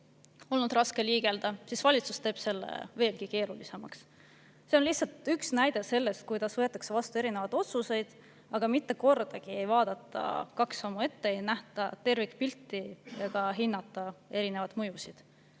niigi raske liigelda, aga valitsus teeb selle veelgi keerulisemaks. See on lihtsalt üks näide sellest, kuidas võetakse vastu erinevaid otsuseid, aga mitte kordagi ei vaadata kaks sammu ette, ei nähta tervikpilti ega hinnata erinevaid mõjusid.